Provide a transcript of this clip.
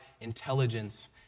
intelligence